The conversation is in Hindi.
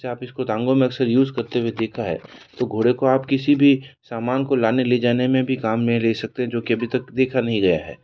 जैसे इसे आप टाँगों में अक्सर यूज़ करते हुए देखा है तो घोड़े को आप किसी भी सामान को लाने ले जाने में भी काम में ले सकते हैं जो कि अभी तक देखा नहीं गया है